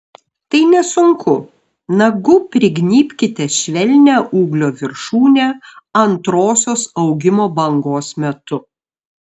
tai nesunku nagu prignybkite švelnią ūglio viršūnę antrosios augimo bangos metu